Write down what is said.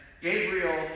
Gabriel